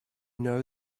know